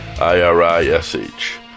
I-R-I-S-H